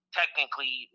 technically